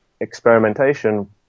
experimentation